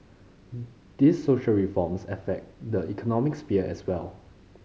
these social reforms affect the economic sphere as well